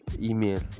email